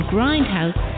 Grindhouse